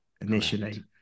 initially